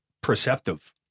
perceptive